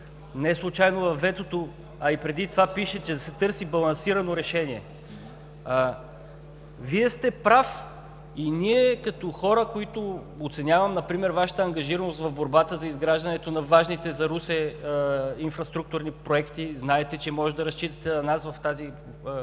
Неслучайно във ветото, а и преди това пише, че се търси балансирано решение. Вие сте прав и ние, като хора, оценяваме Вашата ангажираност в борбата за изграждането на важните за Русе инфраструктурни проекти. Знаете, че може да разчитате на нас в тази